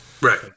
Right